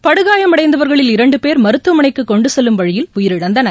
படுகாயமடைந்தவர்களில் இரண்டு பேர் மருத்துவமனைக்கு கொண்டு செல்லும் வழியில் உயிரிழந்தனர்